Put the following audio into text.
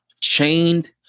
chained